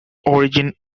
origin